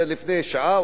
לפני שעה,